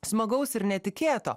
smagaus ir netikėto